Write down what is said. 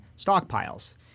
stockpiles